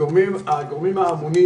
הגורמים האמונים